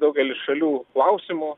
daugelis šalių klausimų